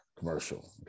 commercial